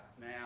now